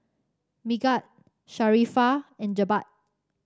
Megat Sharifah and Jebat